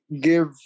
give